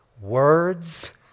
words